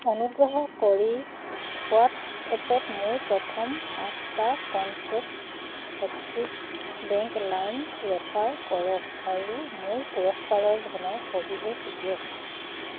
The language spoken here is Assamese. অনুগ্ৰহ কৰি হোৱাটছএপত মোৰ প্ৰথম পাঁচটা contact Axis Bank Lime refer কৰক আৰু মোৰ পুৰস্কাৰৰ ধনৰ সবিশেষ দিয়ক